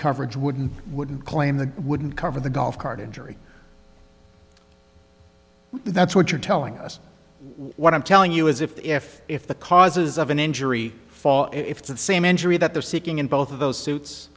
coverage wouldn't wouldn't claim the wouldn't cover the golf cart injury that's what you're telling us what i'm telling you is if if the causes of an injury fall if the same injury that they're seeking in both of those suits